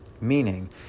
Meaning